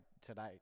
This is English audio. today